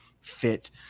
fit